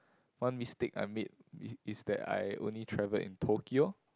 one mistake I made is is that I only travel in Tokyo